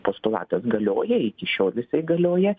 postulatas galioja iki šiol jisai galioja